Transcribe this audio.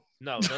no